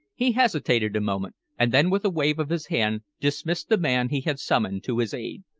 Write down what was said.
he hesitated a moment, and then with a wave of his hand dismissed the man he had summoned to his aid.